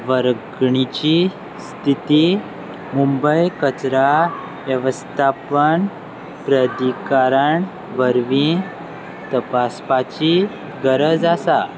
वर्गणीची स्थिती मुंबय कचरा वेवस्थापन प्राधिकरण वरवीं तपासपाची गरज आसा